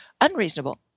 unreasonable